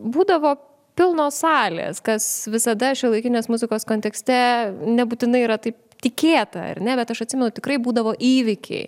būdavo pilnos salės kas visada šiuolaikinės muzikos kontekste nebūtinai yra taip tikėta ar ne bet aš atsimenu tikrai būdavo įvykiai